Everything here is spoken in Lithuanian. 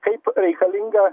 kaip reikalinga